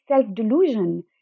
self-delusion